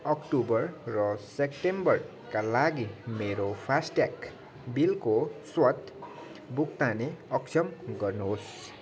October र सेप्टेम्बरका लागि मेरो फासट्याग बिलको स्वत भुक्तानी अक्षम गर्नुहोस्